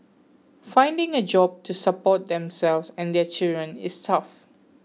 finding a job to support themselves and their children is tough